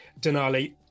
Denali